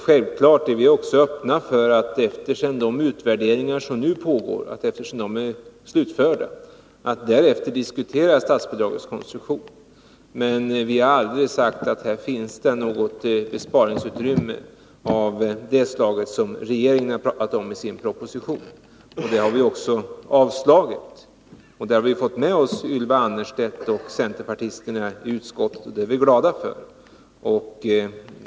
Självfallet är vi också öppna för att diskutera statsbidragets konstruktion, sedan de utvärderingar som nu pågår är slutförda. Men vi har aldrig sagt att det här finns besparingsutrymme av det slag som regeringen har framhållit i sin proposition. Det förslaget har vi avstyrkt, och där har vi fått med oss Ylva Annerstedt och centerpartisterna i utskottet, vilket vi är glada för.